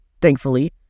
thankfully